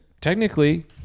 technically